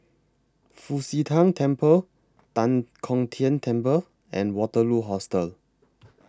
Fu Xi Tang Temple Tan Kong Tian Temple and Waterloo Hostel